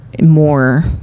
more